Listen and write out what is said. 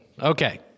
okay